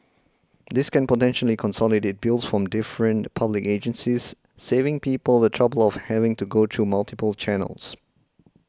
this can potentially consolidate bills from different public agencies saving people the trouble of having to go through multiple channels